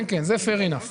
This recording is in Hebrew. כן, זה fair enough.